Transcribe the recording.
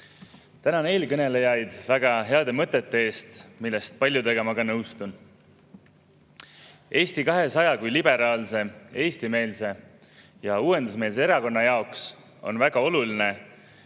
Tänan eelkõnelejaid väga heade mõtete eest, millest paljudega ma ka nõustun. Eesti 200 kui liberaalse, eestimeelse ja uuendusmeelse erakonna jaoks on väga oluline,